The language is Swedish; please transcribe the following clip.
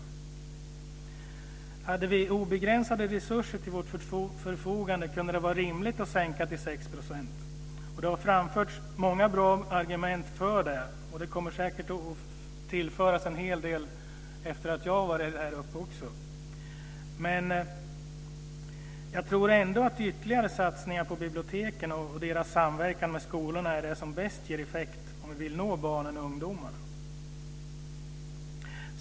Om vi hade haft obegränsade resurser till vårt förfogande kunde det vara rimligt att sänka momsen till 6 %, och det har framförts många bra argument för detta, och det kommer säkert att tillföras en hel del efter det att jag har varit uppe i talarstolen. Men jag tror ändå att ytterligare satsningar på biblioteken och deras samverkan med skolorna är det som bäst ger effekt om vi vill nå barn och ungdomar.